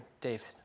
David